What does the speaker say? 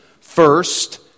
first